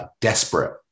desperate